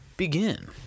Begin